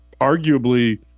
arguably